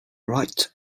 write